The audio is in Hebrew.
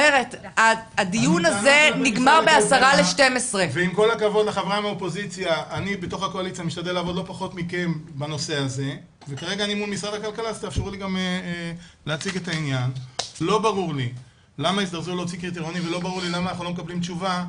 למה הזדרזו להוציא קריטריונים ולא ברור לי למה אנחנו לא מקבלים תשובה,